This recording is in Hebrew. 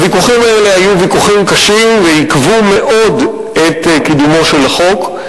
הוויכוחים האלה היו ויכוחים קשים ועיכבו מאוד את קידומו של החוק.